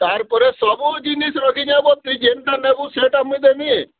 ତାହାର୍ ପରେ ସବୁ ଜିନିଷ୍ ରଖିଚେଁ ବୋ ତୁଇ ଜେନ୍ଟା ନେବୁ ସେଟା ମୁଇଁ ଦେମି